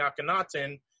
Akhenaten